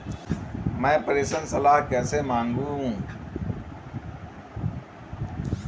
मैं प्रेषण सलाह कैसे मांगूं?